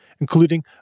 including